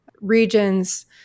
regions